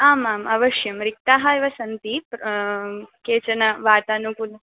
आमाम् अवश्यं रिक्ताः एव सन्ति केचन वातानुकूल